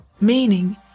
meaning